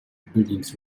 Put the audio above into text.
buildings